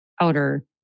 outer